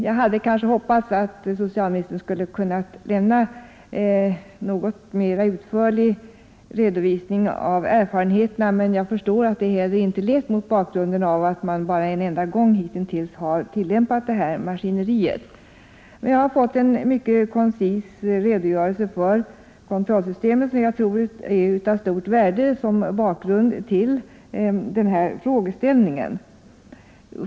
Jag hade kanske hoppats att socialministern hade kunnat lämna en något mer utförlig redovisning av erfarenheterna, men jag förstår att det inte är lätt mot bakgrunden av att man har tillämpat detta maskineri bara en enda gång. Jag har fått en mycket koncis redogörelse för kontrollsystemet, som jag tror är av mycket stort värde som bakgrund till den här frågeställningen.